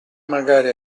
magari